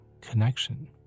connection